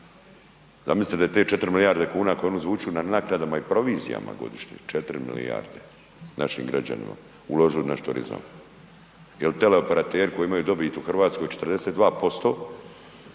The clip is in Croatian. Zamislite da je te 4 milijarde kuna na naknadama i provizijama godišnje 4 milijarde našim građanima uložili u naš turizam. Jel teleoperateri koji imaju dobit u Hrvatskoj 42%